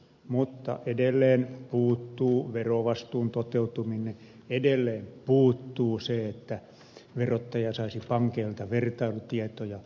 mutta edelleen puuttuu verovastuun toteutuminen edelleen puuttuu se että verottaja saisi pankeilta vertailutietoja